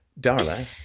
Darla